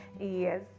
Yes